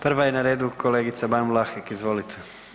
Prva je na redu kolegica Ban Vlahek, izvolite.